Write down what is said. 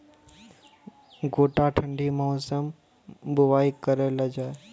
गोटा ठंडी मौसम बुवाई करऽ लो जा?